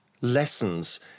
lessons